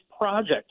project